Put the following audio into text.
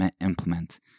implement